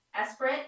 Esprit